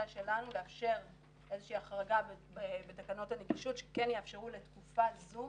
שלנו לאפשר איזו שהיא החרגה בתקנות הנגישות שכן יאפשרו לתקופה זו